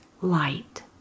light